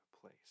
place